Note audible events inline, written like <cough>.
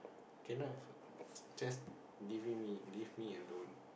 cannot <noise> just leaving me leave me alone